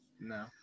No